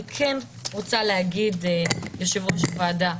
אני כן רוצה להגיד ליושב-ראש הוועדה,